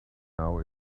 now